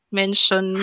mention